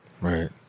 Right